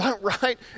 Right